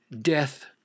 death